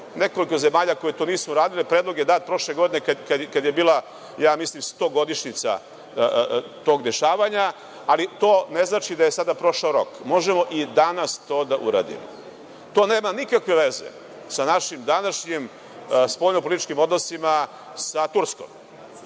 nekoliko zemalja koje nisu to uradile. Predlog je dat prošle godine kada je bila, mislim, stogodišnjica tog dešavanja, ali to ne znači da je sada prošao rok. Možemo i danas to da uradimo. To nema nikakve veze sa našim današnjim spoljno-političkim odnosima sa Turskom.